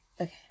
Okay